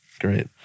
Great